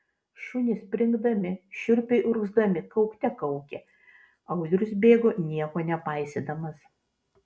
šunys springdami šiurpiai urgzdami kaukte kaukė audrius bėgo nieko nepaisydamas